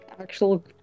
actual